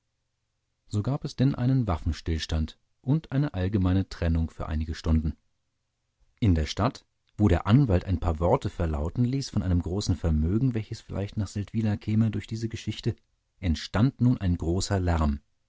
so gab es denn einen waffenstillstand und eine allgemeine trennung für einige stunden in der stadt wo der anwalt ein paar worte verlauten ließ von einem großen vermögen welches vielleicht nach seldwyla käme durch diese geschichte entstand nun ein großer lärm